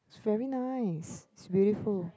is very nice is beautiful